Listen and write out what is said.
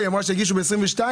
היא אמרה שהגישו ב-2022.